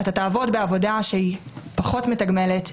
אתה תעבוד בעבודה שהיא פחות מתגמלת,